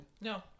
No